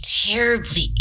terribly